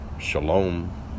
Shalom